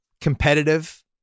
competitive